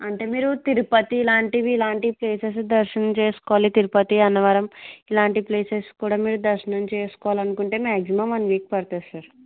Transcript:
అంటే మీరు తిరుపతి లాంటివి ఇలాంటి ప్లేసెస్ దర్శనం చేసుకోవాలి తిరుపతి అన్నవరం ఇలాంటి ప్లేసెస్ కూడా మీరు దర్శనం చేసుకోలని అనుకుంటే మ్యాగ్సిమమ్ వన్ వీక్ పడుతుంది సార్